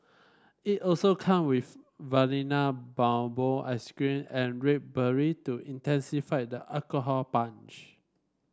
it also come with Vanilla Bourbon ice cream and red berry to intensify the alcohol punch